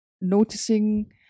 noticing